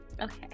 okay